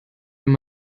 wenn